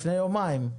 לפני יומיים.